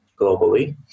globally